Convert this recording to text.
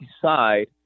decide